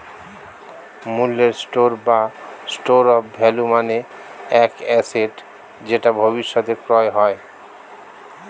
মূল্যের স্টোর বা store of value মানে এক অ্যাসেট যেটা ভবিষ্যতে ক্রয় হয়